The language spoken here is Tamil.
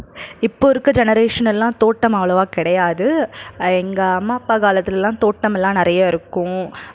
இப்போ இருக்க ஜெனெரேஷன் எல்லாம் தோட்டம் அவ்வளவா கிடையாது எங்கள் அம்மா அப்பா காலத்துலலாம் தோட்டமெல்லாம் நிறையா இருக்கும்